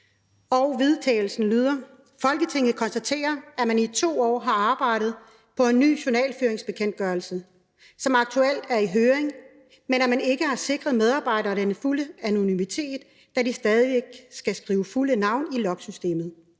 til vedtagelse »Folketinget konstaterer, at man i to år har arbejdet på en ny journalføringsbekendtgørelse, som aktuelt er i høring, men at man ikke har sikret medarbejderne den fulde anonymitet, da de stadig skal skrive fulde navn i logsystemet.